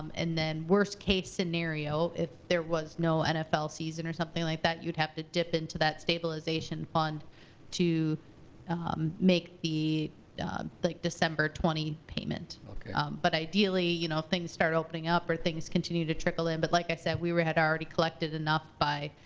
and then worst case scenario, if there was no nfl season or something like that, you'd have to dip into that stabilization fund to make the the december, twenty payment. but ideally, you know things start opening up, or things continue to trickle in. but like i said, we had already collected enough by,